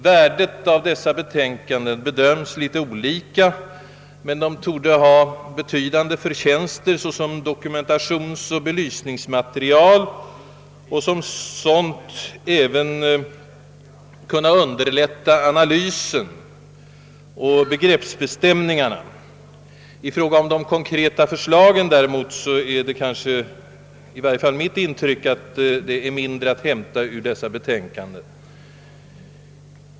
Värdet av dessa betänkanden bedöms olika, men de torde ha betydande förtjänster såsom dokumentationsoch belysningsmaterial och kan därför även underlätta analyser och begreppsbestämningar. I fråga om de konkreta förslagen däremot är det i varje fall mitt intryck, att det är mindre att hämta ur dessa betänkanden.